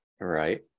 Right